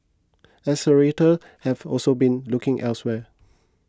accelerator have also been looking elsewhere